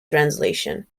translation